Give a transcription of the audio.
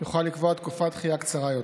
יוכל לקבוע תקופת דחייה קצרה יותר.